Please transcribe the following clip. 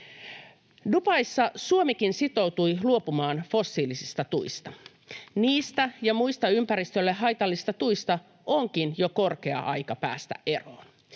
Dubaissa Suomikin sitoutui luopumaan fossiilisista tuista. Niistä ja muista ympäristölle haitallisista tuista onkin jo korkea aika päästä eroon.